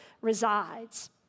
resides